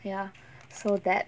ya so that